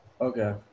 Okay